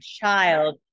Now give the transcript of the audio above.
child